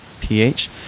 pH